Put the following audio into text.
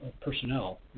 personnel